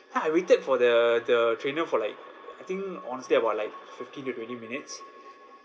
then I waited for the the trainer for like I think honestly about like fifteen to twenty minutes